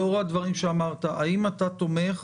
לאור הדברים שאמרת, האם אתה תומך